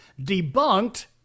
debunked